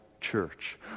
church